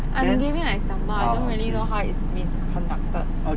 I am giving an example I don't really know how it's been conducted